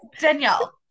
Danielle